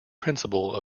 principle